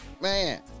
Man